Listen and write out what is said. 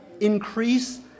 increase